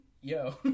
yo